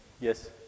Yes